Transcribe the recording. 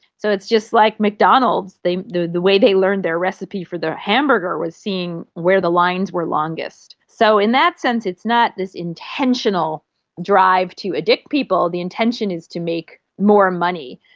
so it's just like mcdonald's, the the way they learned their recipe for their hamburger was seeing where the lines were longest. so in that sense it's not this intentional drive to addict people. the intention is to make more money.